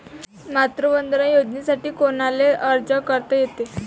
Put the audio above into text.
मातृवंदना योजनेसाठी कोनाले अर्ज करता येते?